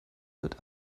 wird